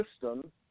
system